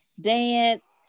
dance